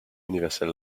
universal